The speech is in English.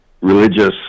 religious